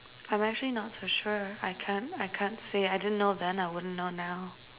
I'm actually not so sure I can't I can't say I didn't know then I wouldn't know now